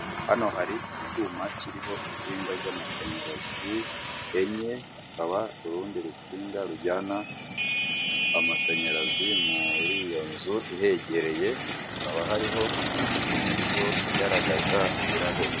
Hano hari icyuma kiriho insinga z'amashanyarazi enye, hakaba urundi rutsinga rujyana amashanyarazi muri iyo nzu ihegereye, hakaba hariho n'inzu igaragaza ibirahure